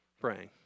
praying